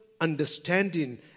understanding